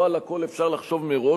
לא על הכול אפשר לחשוב מראש.